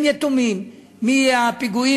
והם יתומים מפיגועים,